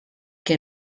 que